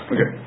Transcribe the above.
Okay